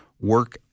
work